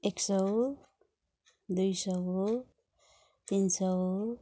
एक सय दुई सय तिन सय